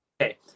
Okay